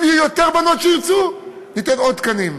אם יהיו יותר בנות שירצו, ניתן עוד תקנים.